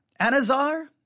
Anazar